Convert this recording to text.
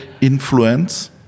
influence